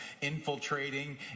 infiltrating